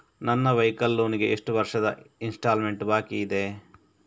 ನನ್ನ vehicle loan ಗೆ ಎಷ್ಟು ವರ್ಷದ ಇನ್ಸ್ಟಾಲ್ಮೆಂಟ್ ಬಾಕಿ ಇದೆ?